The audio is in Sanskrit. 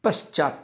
पश्चात्